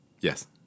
Yes